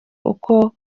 uko